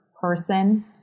person